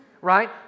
Right